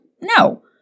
No